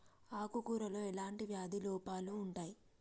ఆకు కూరలో ఎలాంటి వ్యాధి లోపాలు ఉంటాయి?